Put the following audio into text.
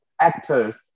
actors